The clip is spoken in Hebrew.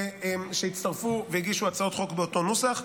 הם הצטרפו והגישו הצעות חוק באותו נוסח.